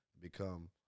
become